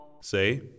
Say